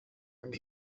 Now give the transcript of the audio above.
and